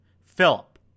Philip